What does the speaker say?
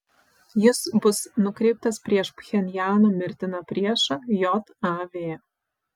jis bus nukreiptas prieš pchenjano mirtiną priešą jav